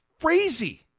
crazy